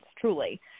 truly